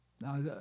Now